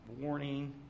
Warning